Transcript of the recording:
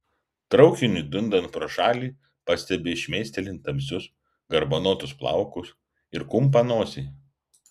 traukiniui dundant pro šalį pastebiu šmėstelint tamsius garbanotus plaukus ir kumpą nosį